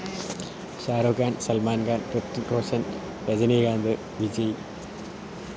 Shah Rukh Khan Salman Khan Hrithik Roshan Rajinikanth Vijay